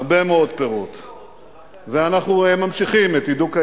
המצאת משבר כדי לפתור אותו.